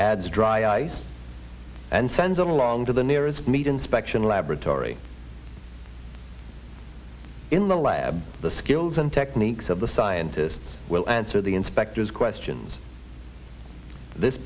adds dry ice and send them along to the nearest meat inspection laboratory in the lab the skills and techniques of the scientists will answer the inspectors questions this